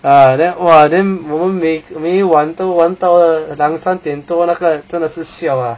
uh then !wah! then 我们每一晚都玩到两三点多那个真的是 siao ah